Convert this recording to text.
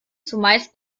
zumeist